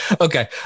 Okay